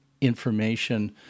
information